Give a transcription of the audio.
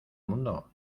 mundo